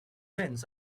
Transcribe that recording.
vents